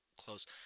close